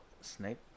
Snape